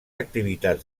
activitats